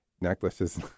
Necklaces